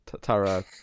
Tara